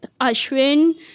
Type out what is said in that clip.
Ashwin